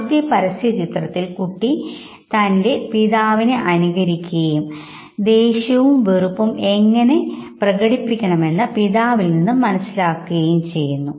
ആദ്യത്തെ പരസ്യചിത്രത്തിൽ കുട്ടി തൻറെ പിതാവിനെ അനുകരിക്കുകയും ദേഷ്യവും വെറുപ്പും എങ്ങനെ പ്രകടിപ്പിക്കണമെന്ന് പിതാവിൽനിന്ന് മനസ്സിലാക്കുകയും ചെയ്യുന്നു